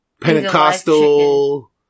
Pentecostal